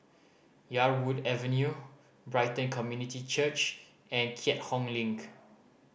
Yarwood Avenue Brighton Community Church and Keat Hong Link